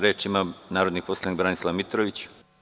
Reč ima narodni poslanik Branislav Mitrović.